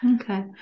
Okay